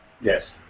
Yes